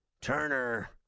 Turner